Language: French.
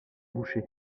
bouchée